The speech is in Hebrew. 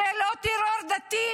זה לא טרור דתי?